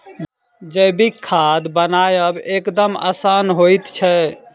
जैविक खाद बनायब एकदम आसान होइत छै